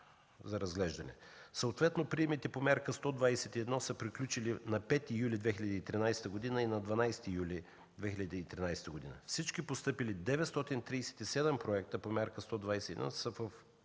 за разглеждане. Съответно приемите по Мярка 121 са приключили на 5 юли 2013 г. и на 12 юли 2013 г. Всички постъпили 937 проекта по Мярка 121 са с